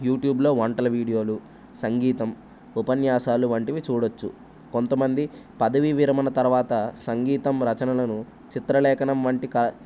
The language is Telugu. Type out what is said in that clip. యూట్యూబ్లో వంటల వీడియోలు సంగీతం ఉపన్యాసాలు వంటివి చూడవచ్చు కొంతమంది పదవీ విరమణ తర్వాత సంగీతం రచనలను చిత్రలేఖనం వంటి కా